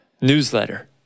newsletter